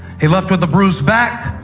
he left with a bruised back.